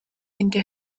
into